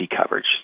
coverage